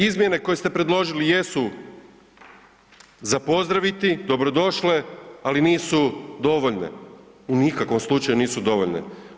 Izmjene koje ste predložili jesu za pozdraviti, dobro došle, ali nisu dovoljne, u nikakvom slučaju nisu dovoljne.